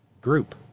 group